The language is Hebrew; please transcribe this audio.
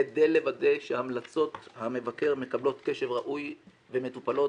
כדי לוודא שהמלצות המבקר מקבלות קשב ראוי ומטופלות